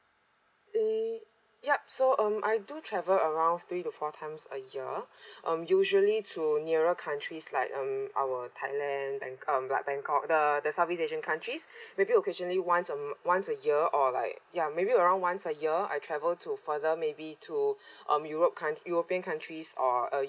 err yup so um I do travel around three to four times a year um usually to nearer countries like um our thailand bank~ um like bangkok the the southeast asian countries maybe occasionally once um once a year or like ya maybe around once a year I travel to further maybe to um europe coun~ european countries or uh